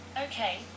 Okay